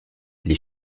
les